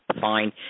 fine